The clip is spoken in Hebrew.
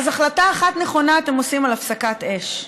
אז החלטה אחת נכונה אתם עושים, על הפסקת אש,